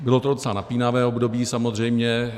Bylo to docela napínavé období, samozřejmě.